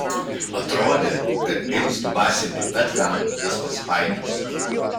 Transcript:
atrodė kad ims dubasinti bet ką kas pasipainios